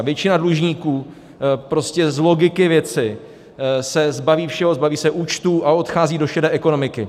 Většina dlužníků prostě z logiky věci se zbaví všeho, zbaví se účtů a odchází do šedé ekonomiky.